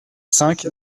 cinq